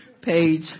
page